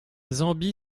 zambie